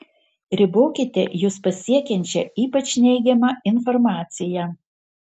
ribokite jus pasiekiančią ypač neigiamą informaciją